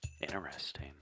Interesting